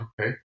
Okay